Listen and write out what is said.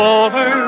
over